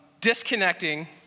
Disconnecting